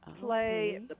play